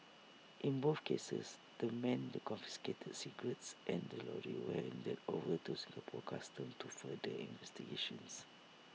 in both cases the men the confiscated cigarettes and the lorries were handed over to Singapore Customs to further investigations